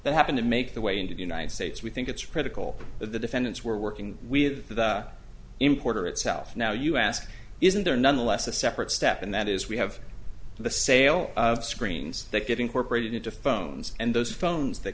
that happen to make their way into the united states we think it's critical that the defendants were working with the importer itself now you ask isn't there nonetheless a separate step and that is we have the sale of screens that getting corporate into phones and those phones that